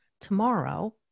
tomorrow